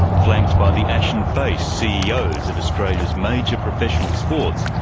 flanked by the ashen-faced ceos of australia's major professional sports,